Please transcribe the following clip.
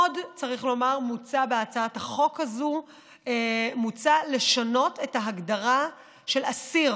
עוד צריך לומר שמוצע בהצעת החוק הזאת לשנות את ההגדרה של אסיר